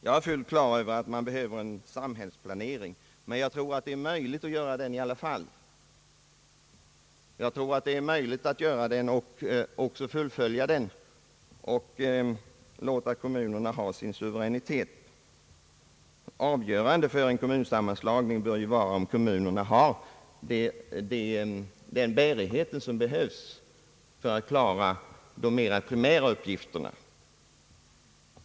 Jag är fullt på det klara med att det behövs en samhällsplanering, men jag tror det är möjligt att genomföra den och samtidigt låta kommunerna behålla sin självständighet. Avgörande för en kommunsammanslagning bör ju vara om kommunerna har den bärighet som behövs för att klara de mera primära uppgifterna.